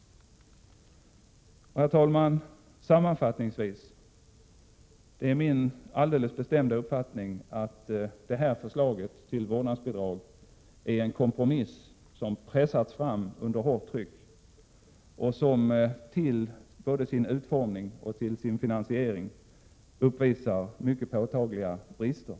Herr talman! Sammanfattningsvis vill jag säga att det är min alldeles bestämda uppfattning att det här förslaget till vårdnadsbidrag är en kompromiss, som pressats fram under hårt tryck och som vad gäller både utformning och finansiering uppvisar mycket påtagliga brister.